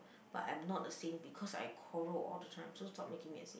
but I'm not a saint because I quarrelled all the time so stop making me a saint